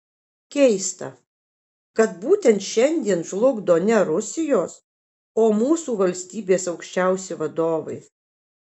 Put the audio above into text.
keista kad būtent šiandien žlugdo ne rusijos o mūsų valstybės aukščiausi vadovai